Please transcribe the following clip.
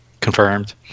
confirmed